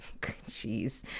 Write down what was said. jeez